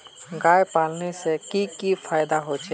गाय पालने से की की फायदा होचे?